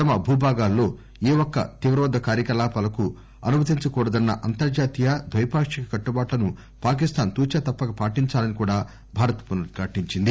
తమ భూభాగాల్లో ఏ ఒక్క తీవ్రవాద కార్యకలాపాలకు అనుమతించకూడదన్న అంతర్జాతీయ ద్వైపాక్షిక కట్టుబాట్టను పాకిస్తాన్ తూచా తప్పక పాటించాలని కూడా భారత్ పునరుధ్ఘాటించింది